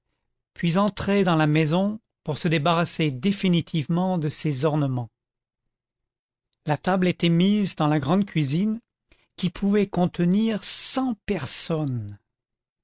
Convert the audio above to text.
puis entraient dans la maison pour se débarrasser définitivement de ces ornements la table était mise dans la grande cuisine qui pouvait contenir cent personnes